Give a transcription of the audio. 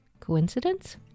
coincidence